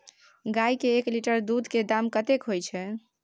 गाय के एक लीटर दूध के दाम कतेक होय छै?